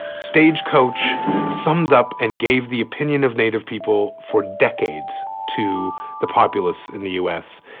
stagecoach summed up and gave the opinion of native people for decades to the populace in the u s.